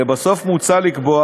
לבסוף, מוצע לקבוע